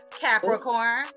Capricorn